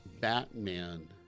Batman